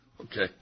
Okay